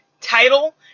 title